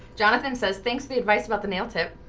jonathan says thanks to the advice about the nail tip.